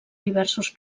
diversos